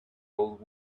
old